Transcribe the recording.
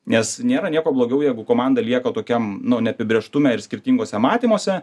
nes nėra nieko blogiau jeigu komanda lieka tokiam nu neapibrėžtume ir skirtinguose matymuose